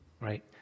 Right